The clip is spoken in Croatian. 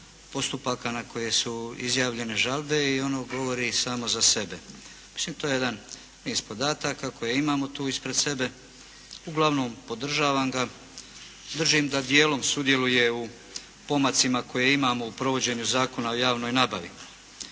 postupaka na koje su izjavljene žalbe i ono govori samo za sebe. To je jedan niz podataka koje imamo tu ispred sebe. Uglavnom podržavam ga. Držim da dijelom sudjeluje u pomacima koje imamo u provođenju Zakona o javnoj nabavi.